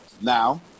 Now